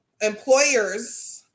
employers